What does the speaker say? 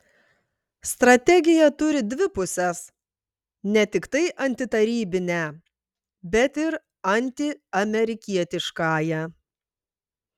strategija turi dvi puses ne tiktai antitarybinę bet ir antiamerikietiškąją